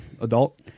Adult